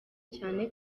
cyane